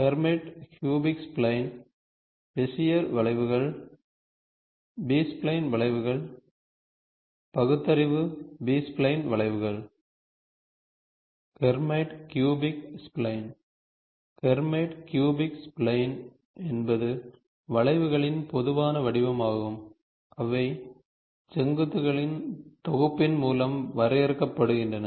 Hermite cubic spline Bezier வளைவுகள் B spline வளைவுகள் பகுத்தறிவு பி ஸ்பைலைன் வளைவுகள் Hermite cubic spline Hermite cubic spline என்பது வளைவுகளின் பொதுவான வடிவமாகும் அவை செங்குத்துகளின் தொகுப்பின் மூலம் வரையறுக்கப்படுகின்றன